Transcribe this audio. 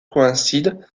coïncide